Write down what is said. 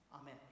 Amen